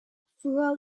throughout